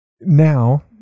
now